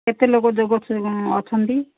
କେତେ ଲୋକ ଯୋଗ ଅଛନ୍ତି